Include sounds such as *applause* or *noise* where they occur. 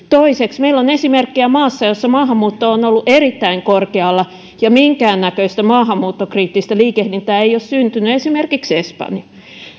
*unintelligible* toiseksi meillä on esimerkkejä maasta jossa maahanmuutto on on ollut erittäin korkealla ja minkään näköistä maahanmuuttokriittistä liikehdintää ei ole syntynyt esimerkiksi espanja